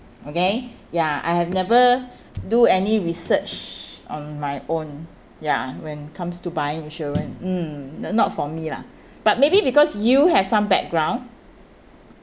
okay ya I have never do any research on my own ya when comes to buying insurance mm not not for me lah but maybe because you have some background